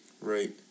Right